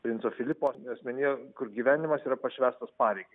princo filipo asmenyje kur gyvenimas yra pašvęstas pareigai